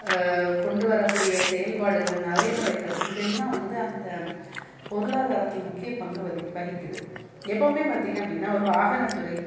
கொண்டு வரக்கூடிய செயல்பாடுகள் நடைமுறைகள் இதெல்லாம் வந்து அந்த பொருளாதாரத்தில் முக்கிய பங்கு வதிக் வகிக்குது எப்போவுமே பார்த்தீங்க அப்படின்னா ஒரு வாகனத்துறை